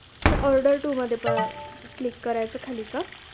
अच्छा ऑर्डर टूमध्ये प क्लिक करायचं खाली का